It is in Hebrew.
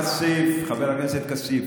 חבר הכנסת כסיף,